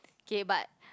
okay but